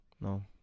no